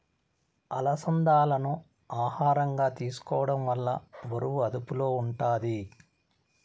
అలసందాలను ఆహారంగా తీసుకోవడం వల్ల బరువు అదుపులో ఉంటాది